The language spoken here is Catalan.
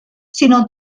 sinó